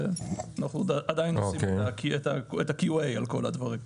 אנחנו עדיין עושים את ה-QA על כל הדברים.